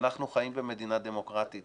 אנחנו חיים במדינה דמוקרטית